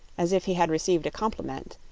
as if he had received a compliment,